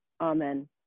Amen